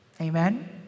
Amen